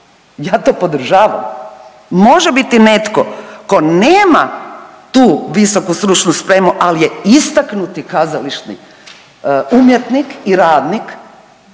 ja to podržavam, može biti netko tko nema tu visoku stručnu spremu, ali je istaknuti kazališni umjetnik i radnik